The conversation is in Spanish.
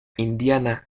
indiana